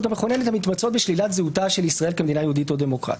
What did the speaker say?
המכוננת המתבצעות בשלילת זהותה של ישראל את המילה יהודית או דמוקרטית.